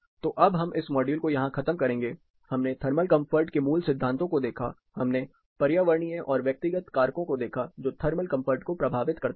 तो अब हम इस मॉड्यूल को यहां खत्म करेंगे हमने थर्मल कंफर्ट के मूल सिद्धांतों को देखा हमने पर्यावरणीय और व्यक्तिगत कारको को देखा जो थर्मल कंफर्ट को प्रभावित करते हैं